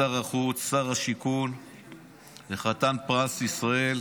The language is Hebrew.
שר החוץ, שר השיכון וחתן פרס ישראל